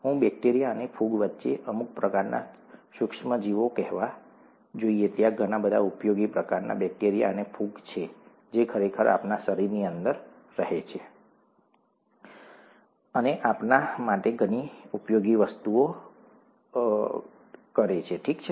હું બેક્ટેરિયા અને ફૂગ વચ્ચે અમુક પ્રકારના સૂક્ષ્મ જીવો કહેવા જોઈએ ત્યાં ઘણા બધા ઉપયોગી પ્રકારના બેક્ટેરિયા અને ફૂગ છે જે ખરેખર આપણા શરીરની અંદર રહે છે અને આપણા માટે ઘણી ઉપયોગી વસ્તુઓ કરે છે ઠીક છે